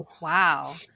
Wow